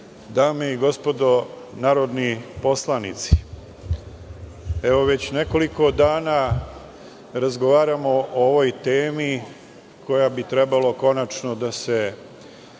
dame i gospodo narodni poslanici, već nekoliko dana razgovaramo o ovoj temi, koja bi trebalo konačno da se